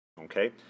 Okay